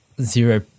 zero